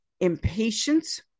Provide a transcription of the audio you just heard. Impatience